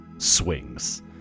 swings